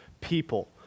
people